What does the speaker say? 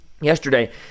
yesterday